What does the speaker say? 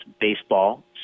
baseball